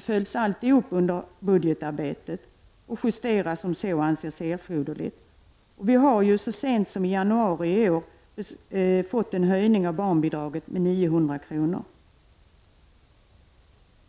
följs alltid upp under budgetarbetet och justeras om så anses erforderligt. Så sent som i januari i år skedde en höjning med 900 kr. av barnbidraget.